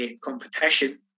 competition